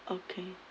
okay